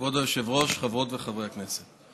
כבוד היושב-ראש, חברות וחברי הכנסת,